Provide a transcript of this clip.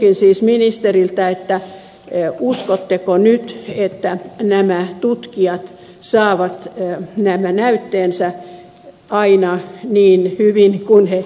kysynkin siis ministeriltä uskotteko nyt että nämä tutkijat saavat näytteensä aina niin hyvin kuin he itse toivovat